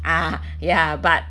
ah ya but